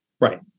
Right